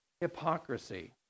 hypocrisy